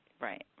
Right